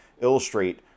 illustrate